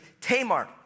Tamar